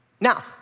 Now